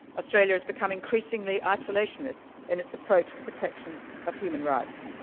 australia's becoming increasingly isolationist and its approach to protection of human rights.